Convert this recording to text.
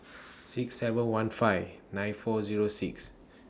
six seven one five nine four Zero six